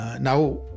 now